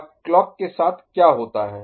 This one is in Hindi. अब क्लॉक के साथ क्या होता है